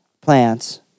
plants